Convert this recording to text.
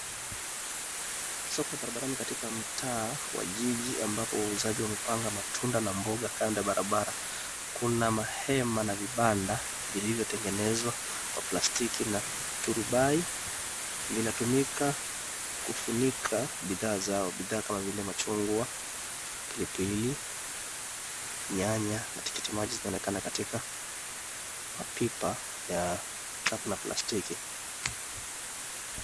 Soko ya barabarani katika mtaa wa jiji ambapo wauzaji wamepanga matunda na mboga kando ya barabara. Kuna mahema na vibanda vilivyotengenezwa kwa plastiki na turubai vinatumika kufunika bidhaa zao. Bidhaa kama vile machungwa, pilipili, nyanya na tikitimaji zinazonekana katika mapipa ya kikapu na plasitki.